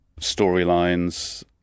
storylines